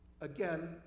Again